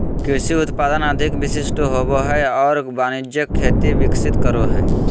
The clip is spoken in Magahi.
कृषि उत्पादन अधिक विशिष्ट होबो हइ और वाणिज्यिक खेती विकसित करो हइ